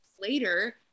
Later